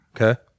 okay